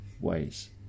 ways